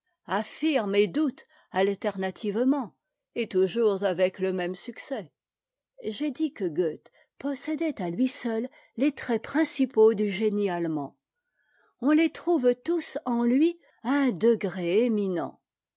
et doute alternativement et toujours avec le même succès j'ai dit que goethe possédait à lui seul les traits principaux du génie allemand on les trouve tous en lui à un degré éminent